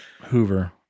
Hoover